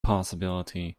possibility